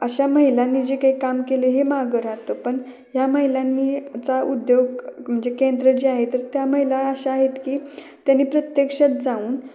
अशा महिलांनी जे काही काम केलं आहे हे मागं राहतं पण या महिलांनी चा उद्योग म्हणजे केंद्र जे आहे तर त्या महिला अशा आहेत की त्यांनी प्रत्यक्षात जाऊन